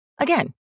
Again